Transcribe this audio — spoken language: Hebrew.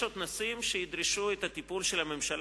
יש עוד נושאים שידרשו את הטיפול של הממשלה,